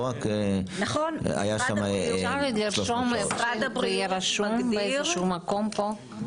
אפשר שזה יהיה רשום באיזה שהוא מקום פה?